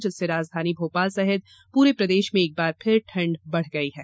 जिससे राजधानी भोपाल सहित पूरे प्रदेश में एक बार फिर ठंड बढ़ गई है